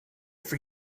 for